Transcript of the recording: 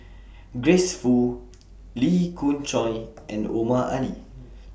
Grace Fu Lee Khoon Choy and Omar Ali